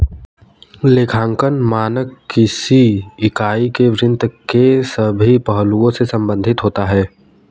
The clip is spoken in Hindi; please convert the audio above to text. लेखांकन मानक किसी इकाई के वित्त के सभी पहलुओं से संबंधित होता है